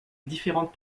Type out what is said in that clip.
différentes